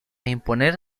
imponer